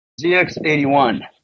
ZX81